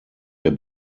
der